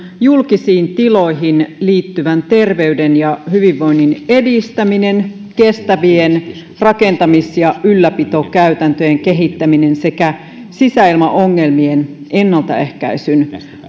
julkisiin tiloihin liittyvän terveyden ja hyvinvoinnin edistäminen kestävien rakentamis ja ylläpitokäytäntöjen kehittäminen sekä sisäilmaongelmien ennaltaehkäisyn